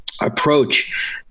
approach